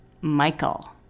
michael